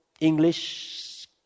English